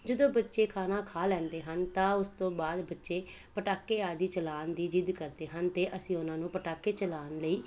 ਜਦੋਂ ਬੱਚੇ ਖਾਣਾ ਖਾ ਲੈਂਦੇ ਹਨ ਤਾਂ ਉਸ ਤੋਂ ਬਾਅਦ ਬੱਚੇ ਪਟਾਕੇ ਆਦਿ ਚਲਾਉਣ ਦੀ ਜਿੱਦ ਕਰਦੇ ਹਨ ਅਤੇ ਅਸੀਂ ਉਹਨਾਂ ਨੂੰ ਪਟਾਕੇ ਚਲਾਉਣ ਲਈ